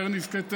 קרן נזקי טבע,